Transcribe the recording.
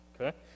Okay